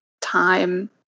time